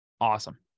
awesome